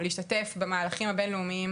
להשתתף במהלכים הבין לאומיים,